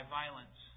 violence